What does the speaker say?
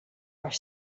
are